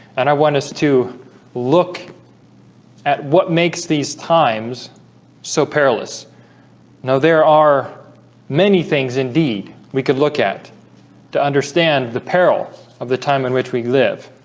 and i want us to look at what makes these times so perilous now there are many things indeed we could look at to understand the peril of the time in which we live,